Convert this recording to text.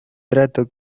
trato